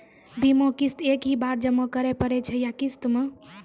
बीमा किस्त एक ही बार जमा करें पड़ै छै या किस्त मे?